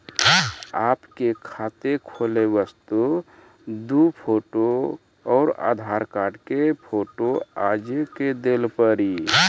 आपके खाते खोले वास्ते दु फोटो और आधार कार्ड के फोटो आजे के देल पड़ी?